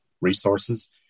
resources